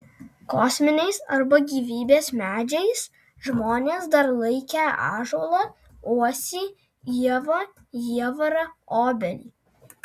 kosminiais arba gyvybės medžiais žmonės dar laikę ąžuolą uosį ievą jievarą obelį